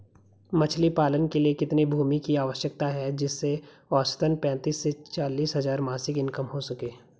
मछली पालन के लिए कितनी भूमि की आवश्यकता है जिससे औसतन पैंतीस से चालीस हज़ार मासिक इनकम हो सके?